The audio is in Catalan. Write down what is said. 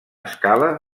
escala